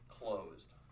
closed